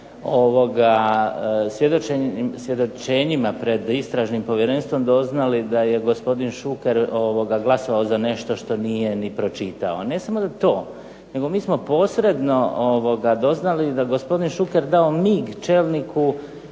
svjedočenjima pred Istražnim povjerenstvom doznali da je gospodin Šuker glasovao za nešto što nije ni pročitao. Ne samo da to, nego mi smo posredno doznali da je gospodin Šuker dao mig čelniku